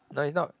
no it's not